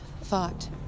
thought